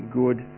good